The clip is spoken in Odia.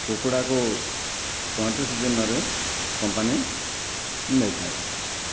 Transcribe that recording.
କୁକୁଡ଼ାକୁ ପଇଁତିରିଶ ଦିନରେ କମ୍ପାନୀ ନେଇଥାଏ